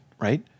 right